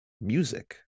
music